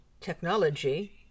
Technology